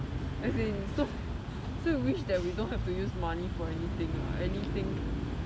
as in so so you wish that we don't have to use money for anything lah anything